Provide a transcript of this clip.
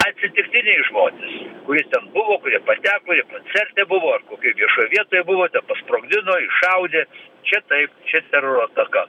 atsitiktiniai žmonės kurie ten buvo kurie pateko jie koncerte buvo ar kokioj viešoj vietoje buvo ten pasprogdino iššaudė čia taip čia teroro ataka